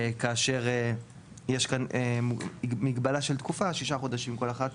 כאשר יש כאן מגבלה של תקופה, ששה חודשים כל אחת